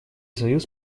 союз